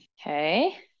Okay